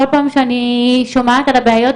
כל פעם שאני שומעת על הבעיות,